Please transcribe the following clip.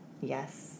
yes